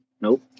Nope